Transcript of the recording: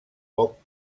poc